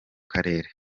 karere